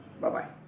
bye-bye